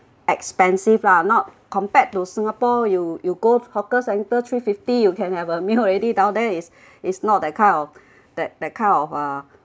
expensive lah not compared to singapore you you go hawker centre three fifty you can have a meal already down there is it's not that kind of that that kind of uh